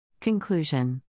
Conclusion